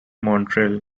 montreal